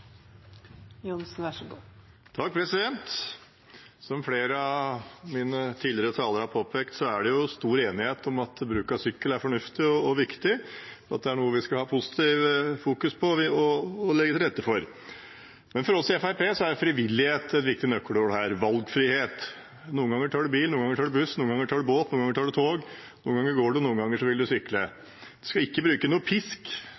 Som flere av de tidligere talerne har påpekt, er det stor enighet om at bruk av sykkel er fornuftig og viktig, og at det er noe vi skal fokusere positivt på og legge til rette for. Men for oss i Fremskrittspartiet er frivillighet og valgfrihet viktige nøkkelord her. Noen ganger tar man bil, noen ganger buss, noen ganger tar man båt, noen ganger tar man tog. Noen ganger går man, og noen ganger vil man sykle. Vi skal ikke bruke pisk.